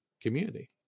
community